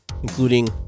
including